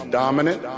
dominant